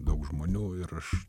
daug žmonių ir aš